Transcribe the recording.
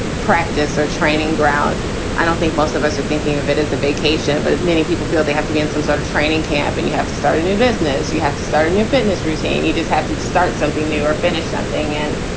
practice or training ground i don't think most of us are thinking of it as a vacation, but many people feel they have to be in some sort of training camp and you have to start a new business you have to start a new fitness routine. you just have to start something new or finish something. and,